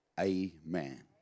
amen